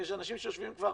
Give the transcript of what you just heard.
יש אנשים שיושבים כבר